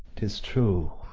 tis true,